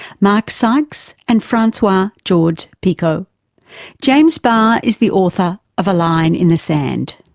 mark sykes and francois georges-picot. james barr is the author of a line in the sand.